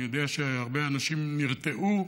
אני יודע שהרבה אנשים נרתעו